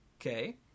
Okay